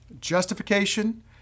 Justification